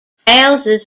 houses